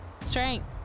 Strength